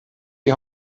die